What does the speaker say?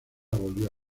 volvió